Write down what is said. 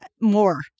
more